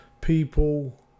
people